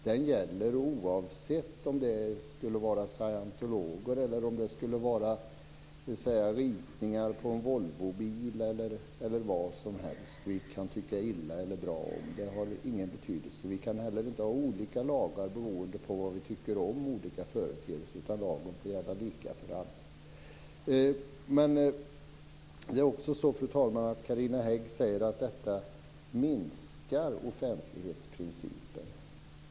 Den gäller oavsett om det handlar om scientologer, ritningar på en bil från Volvo eller vad som helst. Vi kan tycka illa eller bra om det - det har ingen betydelse. Vi kan inte heller ha olika lagar beroende på vad vi tycker om olika företeelser, utan lagen får gälla lika för alla. Fru talman! Carina Hägg säger att detta minskar offentlighetsprincipen.